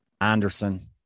Anderson